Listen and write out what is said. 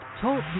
Talk